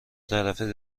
طرفه